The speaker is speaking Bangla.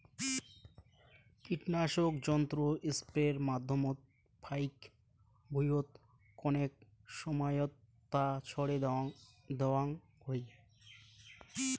কীটনাশক যন্ত্র স্প্রের মাধ্যমত ফাইক ভুঁইয়ত কণেক সমাইয়ত তা ছড়ে দ্যাওয়াং হই